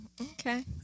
Okay